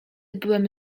byłem